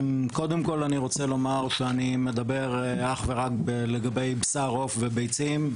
קודם כל אני רוצה לומר שאני מדבר אך ורק לגבי בשר עוף וביצים.